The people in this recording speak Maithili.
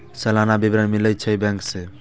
सलाना विवरण मिलै छै बैंक से?